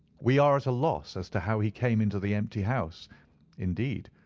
we are at a loss as to how he came into the empty house indeed,